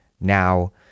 Now